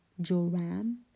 Joram